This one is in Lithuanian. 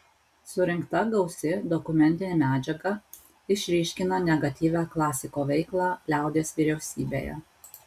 surinkta gausi dokumentinė medžiaga išryškina negatyvią klasiko veiklą liaudies vyriausybėje